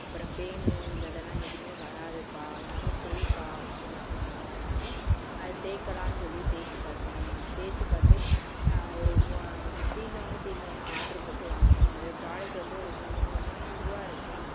அப்புறம் பேன் அந்த இதெல்லாம் எதுவுமே வர்றாதுப்பா அதனால தேய்ப்பா அப்படின்னு சொல்லி சொன்னாங்க அதனால அது தேய்க்கலாம்னு சொல்லி தேய்ச்சி பார்த்தேன் தேய்ச்சி பார்த்து ஒரு மு தீந்தோனே தீந்தோனே ஆர்ட்ரு போட்டு வாங்குனேன் இந்த ப்ராடக்ட் வந்து ஒரு முந்நூறு முந்நூறுரூவா இருக்கும்